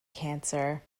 cancer